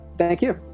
thank you.